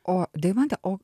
o deimante o